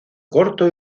corto